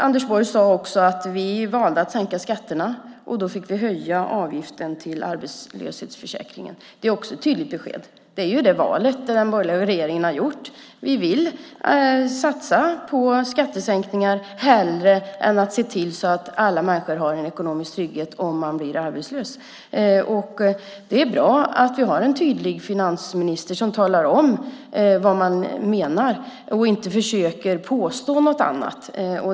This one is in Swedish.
Anders Borg sade också att man valde att sänka skatterna, och då fick man höja avgiften till arbetslöshetsförsäkringen. Det är också ett tydligt besked. Det är det val som den borgerliga regeringen har gjort. Ni vill satsa på skattesänkningar hellre än att se till att alla människor har en ekonomisk trygghet om man blir arbetslös. Det är bra att vi har en tydlig finansminister som talar om vad man menar och inte försöker påstå något annat.